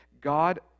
God